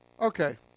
Okay